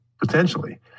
Potentially